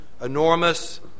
Enormous